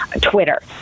Twitter